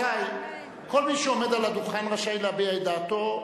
רבותי, כל מי שעומד על הדוכן רשאי להביע את דעתו.